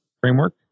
framework